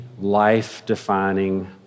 life-defining